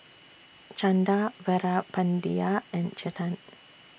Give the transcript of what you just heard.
Chanda Veerapandiya and Chetan